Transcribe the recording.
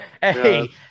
Hey